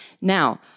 Now